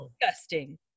disgusting